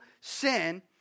sin